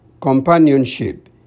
companionship